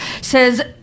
says